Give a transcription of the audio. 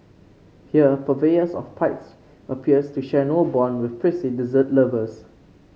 here purveyors of pipes appears to share no bond with prissy dessert lovers